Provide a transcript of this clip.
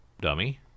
dummy